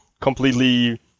completely